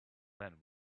then